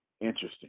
interesting